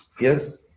Yes